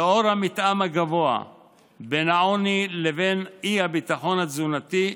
לנוכח המתאם הגבוה בין עוני לבין אי-ביטחון תזונתי,